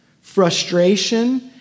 frustration